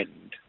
end